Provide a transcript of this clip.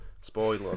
Spoiler